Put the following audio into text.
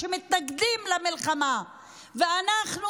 נא לסיים.